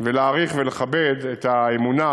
ולהעריך ולכבד את האמונה